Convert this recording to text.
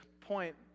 point